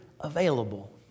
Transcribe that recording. available